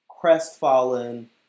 crestfallen